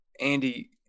andy